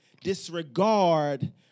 disregard